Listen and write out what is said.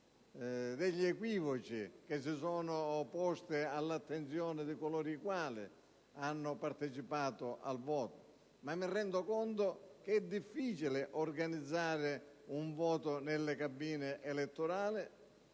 degli equivoci che si sono posti all'attenzione di coloro i quali hanno partecipato al voto. Mi rendo tuttavia conto che è difficile organizzare un voto nelle cabine elettorali,